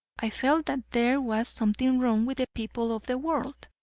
i felt that there was something wrong with the people of the world.